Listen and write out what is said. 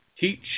teach